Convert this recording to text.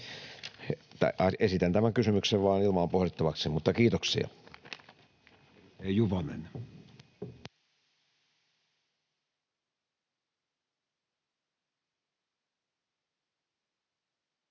Esitän tämän kysymyksen vain ilmaan pohdittavaksi. — Kiitoksia.